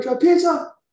pizza